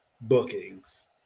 bookings